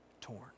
torn